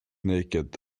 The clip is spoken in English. naked